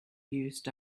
used